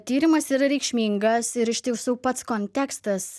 tyrimas yra reikšmingas ir iš tiesų pats kontekstas